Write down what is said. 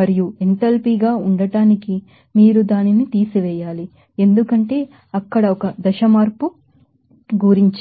మరియు ఎంథాల్పీ గా ఉండటానికి మీరు దానిని తీసివేయాలి ఎందుకంటే అక్కడ ఒక ఫేజ్ చేంజ్ గురించి